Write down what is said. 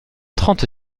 trente